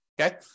Okay